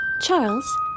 Charles